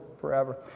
forever